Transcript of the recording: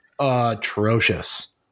atrocious